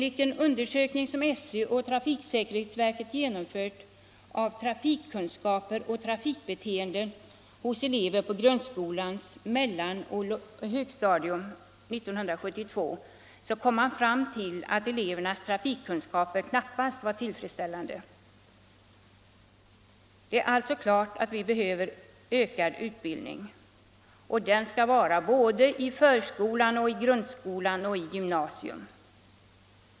I en undersökning av trafikkunskaper och trafikbeteenden hos elever på grundskolans mellanoch högstadium som SÖ och trafiksäkerhetsverket genomförde 1972 kom man fram till att ele vernas trafikkunskaper knappast var tillfredsställande. Det är alltså klart att ökad utbildning behövs. Den skall ske i förskolan, i grundskolan och i gymnasiet.